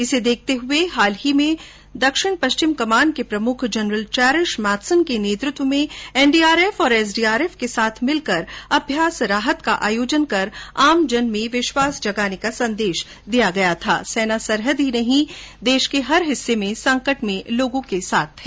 इसे देखते हुए हाल ही में दक्षिण पश्चिमी कमान के प्रमुख जनरल चेरिश मैथ्सन के नेतृत्व में एनडीआरएफ और एसडीआरएफ के साथ मिलकर अभ्यास राहत का आयोजन कर आमजन में विश्वास जगाने का संदेश दिया था कि सेना सरहद ही नहीं देश के हर हिस्से में संकट के समय लोगों के साथ है